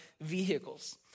vehicles